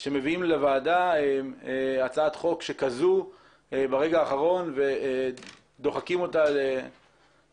שמביאים לוועדה הצעת חוק כזו ברגע האחרון ודוחקים אותה